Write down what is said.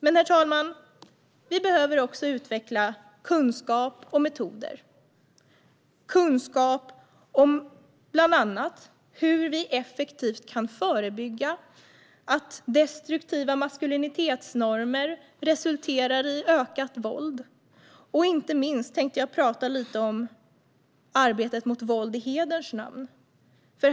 Herr talman! Vi behöver också utveckla kunskap och metoder - kunskap bland annat om hur vi effektivt kan förebygga att destruktiva maskulinitetsnormer resulterar i ökat våld. Inte minst tänkte jag tala lite om arbetet mot våld i hederns namn.